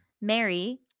Mary